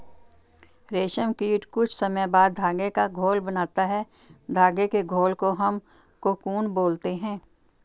रेशम कीट कुछ समय बाद धागे का घोल बनाता है धागे के घोल को हम कोकून बोलते हैं